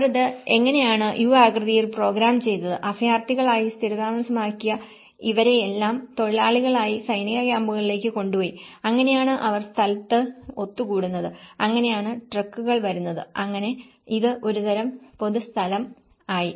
അവർ അത് എങ്ങനെയാണ് U ആകൃതിയിൽ പ്രോഗ്രാം ചെയ്തത് അഭയാർത്ഥികളായി സ്ഥിരതാമസമാക്കിയ ഇവരെയെല്ലാം തൊഴിലാളികളായി സൈനിക ക്യാമ്പുകളിലേക്ക് കൊണ്ടുപോയി അങ്ങനെയാണ് അവർ സ്ഥലത്ത് ഒത്തുകൂടുന്നത് അങ്ങനെയാണ് ട്രക്കുകൾ വരുന്നത് അങ്ങനെ ഇത് ഒരുതരം പൊതുസ്ഥലം ആയി